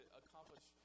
accomplish